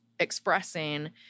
Expressing